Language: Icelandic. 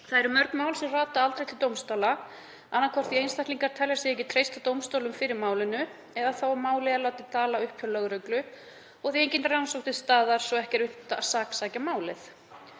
Það eru mörg mál sem rata aldrei til dómstóla, annaðhvort þar sem einstaklingar telja sig ekki treysta dómstólum fyrir málinu eða þá að mál er látið daga uppi hjá lögreglu og því engin rannsókn til staðar svo að ekki er unnt að saksækja.